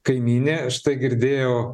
kaimynė štai girdėjau